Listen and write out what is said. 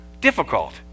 difficult